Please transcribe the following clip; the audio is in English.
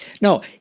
No